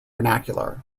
vernacular